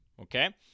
Okay